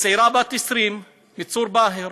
צעירה בת 20 מס'ור באהר